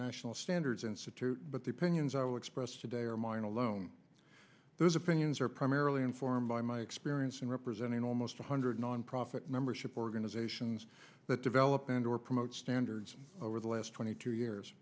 national standards institute but the opinions i will express today are mine alone those opinions are primarily informed by my experience in representing almost one hundred nonprofit membership organizations that develop and or promote standards over the last twenty two years